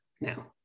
now